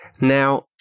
Now